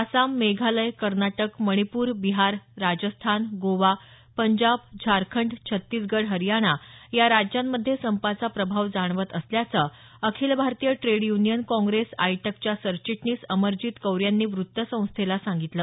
आसाम मेघालय कर्नाटक मणिपूर बिहार राजस्थान गोवा पंजाब झारखंड छत्तिसगड हरियाणा या राज्यांमधे संपाचा प्रभाव जाणवत असल्याचं Akhil Bharatiya trade union congress आयटकच्या सरचिटणीस अमरजीत कौर यांनी वृत्तसंस्थेला सांगितलं